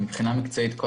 מבחינה מקצועית כל